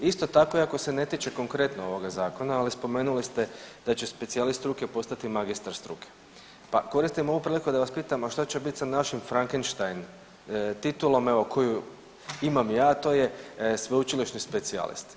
Isto tako, iako se ne tiče konkretno ovoga Zakona, ali spomenuli ste da će specijalist struke postati magistar struke pa koristim ovu priliku da vas pitam a šta će biti sa našim Frankenstein titulom evo koju imam ja, to je sveučilišni specijalist.